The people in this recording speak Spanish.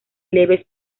leves